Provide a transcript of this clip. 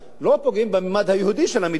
לא פוגעים בממד היהודי של המדינה,